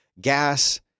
gas